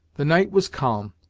the night was calm,